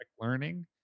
learning